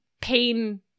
pain